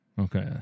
Okay